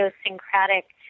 idiosyncratic